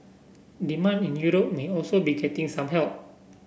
demand in Europe may also be getting some help